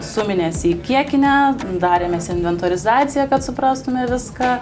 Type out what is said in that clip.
suminės į kiekinę darėmės inventorizaciją kad suprastume viską